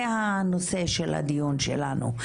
זה הנושא של הדיון שלנו.